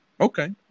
Okay